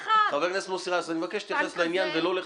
ודרך אגב, אל תהפוך את זה לעניינן של נשים.